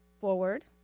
forward